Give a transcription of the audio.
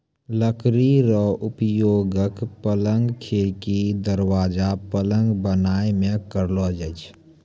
लकड़ी रो उपयोगक, पलंग, खिड़की, दरबाजा, पलंग बनाय मे करलो जाय छै